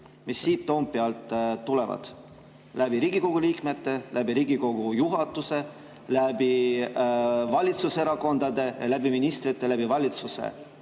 mis siit Toompealt tulevad läbi Riigikogu liikmete, läbi Riigikogu juhatuse, läbi valitsuserakondade, läbi ministrite, läbi valitsuse.